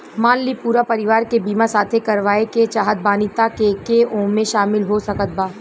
मान ली पूरा परिवार के बीमाँ साथे करवाए के चाहत बानी त के के ओमे शामिल हो सकत बा?